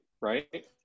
right